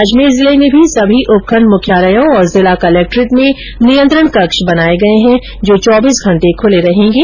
अजमेर जिले में भी सभी उपखंड मुख्यालयों और जिला कलेक्ट्रेट में नियंत्रण कक्ष बनाये गये हैं जो चौबीस घंटे खुले रहेंगे